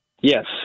Yes